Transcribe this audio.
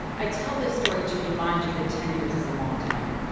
i tell this story to remind you that ten years is a long time.